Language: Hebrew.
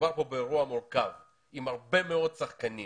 שמדובר כאן באירוע מורכב עם הרבה מאוד שחקנים